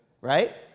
Right